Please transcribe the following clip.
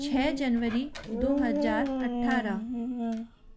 छह जनवरी दो हजार अट्ठारह